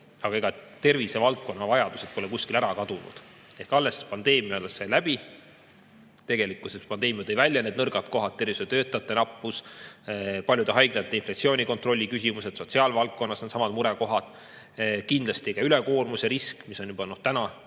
Aga ega tervisevaldkonna vajadused pole kuskile ära kadunud. Alles pandeemia sai läbi. Tegelikkuses tõi pandeemia välja nõrgad kohad – tervishoiutöötajate nappus, paljude haiglate inflatsiooni kontrolli küsimus, et sotsiaalvaldkonnas on samad murekohad, kindlasti ka ülekoormuse risk, mis on juba täna